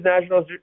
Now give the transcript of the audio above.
national